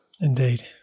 Indeed